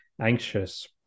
anxious